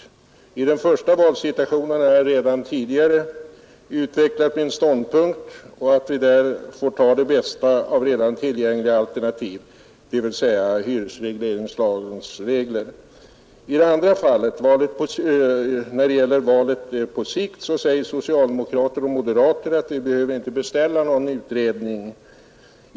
Beträffande det första fallet har jag redan tidigare utvecklat min ståndpunkt, nämligen att vi får ta det bästa av redan tillgängliga alternativ, dvs. hyresregleringslagens regler. I det andra fallet, när det gäller valet på sikt, säger socialdemokrater och moderater att vi inte behöver beställa någon utredning.